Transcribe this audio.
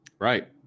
Right